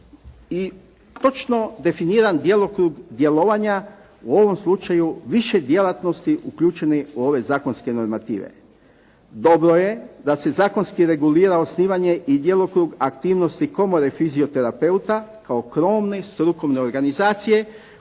i točno definiran djelokrug djelovanja, u ovom slučaju više djelatnosti uključeni u ove zakonske normative. Dobro je da se zakonski regulira osnivanje i djelokrug i aktivnosti Komore fizioterapeuta kao krovne strukovne organizacije